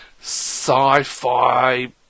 sci-fi